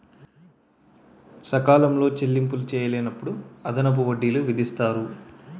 సకాలంలో చెల్లింపులు చేయలేనప్పుడు అదనపు వడ్డీలు విధిస్తారు